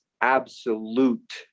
absolute